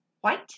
white